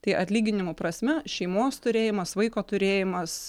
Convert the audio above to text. tai atlyginimo prasme šeimos turėjimas vaiko turėjimas